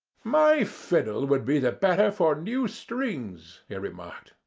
my fiddle would be the better for new strings, he remarked.